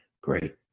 Great